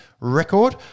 record